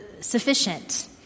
sufficient